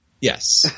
Yes